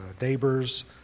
neighbors